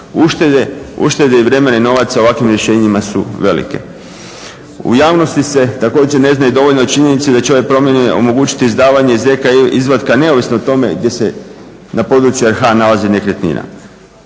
Uštede i vremena i novaca ovakvim rješenjima su velike. U javnosti se također ne znaju dovoljno činjenice da će ove promjene omogućiti izdavanje ZK izvatka neovisno o tome gdje se na području RH nalazi nekretnina.